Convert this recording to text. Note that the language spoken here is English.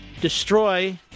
destroy